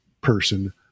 person